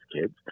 kids